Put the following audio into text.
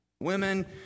Women